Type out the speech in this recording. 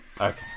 Okay